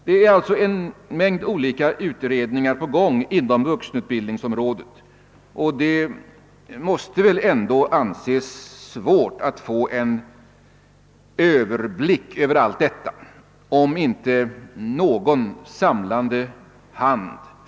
Det pågår alltså en mängd olika utredningar inom vuxenutbildningsområdet, och det måste väl ändå anses svårt att få en överblick över allt detta, om det inte finns någon samlande hand.